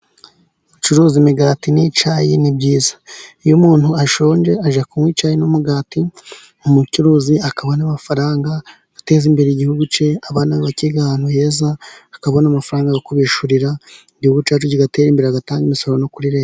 Gucuruza imigati n'icyayi ni byiza, iyo umuntu ashonje ajya kunywa icyayi n'umugati umucuruzi akabona amafaranga agateza imbere igihugu cye, abana be bakiga ahantu heza akabona amafaranga yo kubishyurira, igihugu cyacu kigatera imbere agatanga imisoro no kuri leta.